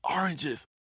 oranges